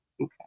Okay